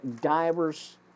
divers